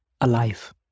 alive